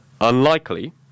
unlikely